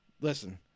Listen